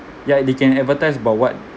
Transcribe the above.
yeah they can advertise about what